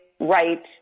right